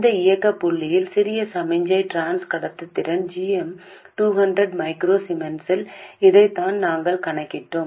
இந்த இயக்க புள்ளியில் சிறிய சமிக்ஞை டிரான்ஸ் கடத்துத்திறன் g m 200 மைக்ரோ சீமென்ஸ் இதைத்தான் நாங்கள் கணக்கிட்டோம்